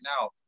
now